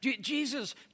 Jesus